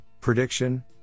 prediction